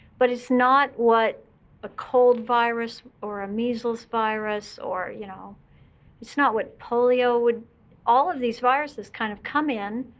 but it's not what a cold virus or a measles virus or you know it's not what polio would all of these viruses kind of come in,